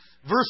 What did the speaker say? Verse